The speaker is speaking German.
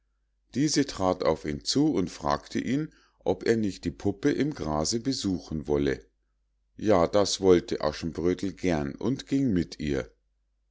diese trat auf ihn zu und fragte ihn ob er nicht die puppe im grase besuchen wolle ja das wollte aschenbrödel gern und ging mit ihr